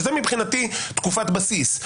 זוהי, מבחינתי, תקופת בסיס.